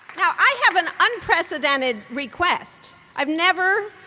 now, i have an unprecedented request. i've never,